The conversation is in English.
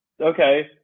okay